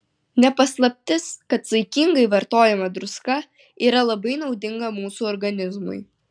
ne paslaptis kad saikingai vartojama druska yra labai naudinga mūsų organizmui